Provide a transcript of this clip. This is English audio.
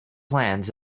plans